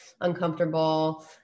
uncomfortable